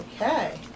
Okay